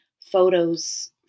photos